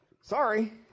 Sorry